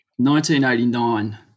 1989